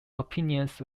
opinions